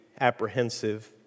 apprehensive